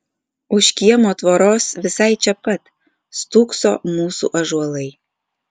už kiemo tvoros visai čia pat stūkso mūsų ąžuolai